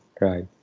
right